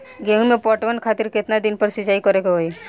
गेहूं में पटवन खातिर केतना दिन पर सिंचाई करें के होई?